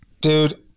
Dude